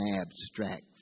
abstract